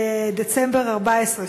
בדצמבר 2014,